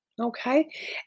Okay